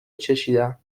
چشیدم